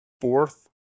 fourth